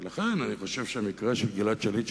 ולכן אני חושב שהמקרה של גלעד שליט,